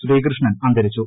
ശ്രീകൃഷ്ണൻ അന്തരിച്ചു